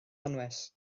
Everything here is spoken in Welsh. anwes